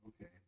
Okay